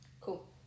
Cool